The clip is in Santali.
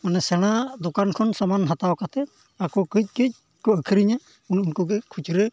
ᱢᱟᱱᱮ ᱥᱮᱬᱟ ᱫᱳᱠᱟᱱ ᱠᱷᱚᱱ ᱥᱟᱢᱟᱱ ᱦᱟᱛᱟᱣ ᱠᱟᱛᱮᱫ ᱟᱠᱚ ᱠᱟᱹᱡ ᱠᱟᱹᱡ ᱠᱚ ᱟᱹᱠᱷᱨᱤᱧᱟ ᱩᱱ ᱩᱱᱠᱩ ᱜᱮ ᱠᱷᱩᱪᱨᱟᱹ